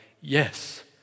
Yes